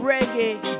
Reggae